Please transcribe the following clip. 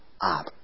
up